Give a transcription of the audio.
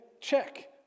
Check